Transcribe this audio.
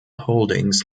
holdings